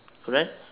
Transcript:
correct